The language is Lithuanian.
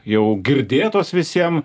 jau girdėtos visiem